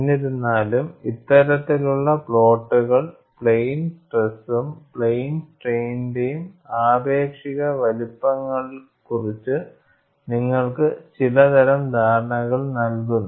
എന്നിരുന്നാലും ഇത്തരത്തിലുള്ള പ്ലോട്ടുകൾ പ്ലെയിൻ സ്ട്രെസ്നും പ്ലെയിൻ സ്ട്രെയിൻനും ആപേക്ഷിക വലുപ്പങ്ങളെക്കുറിച്ച് നിങ്ങൾക്ക് ചിലതരം ധാരണകൾ നൽകുന്നു